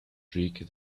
streak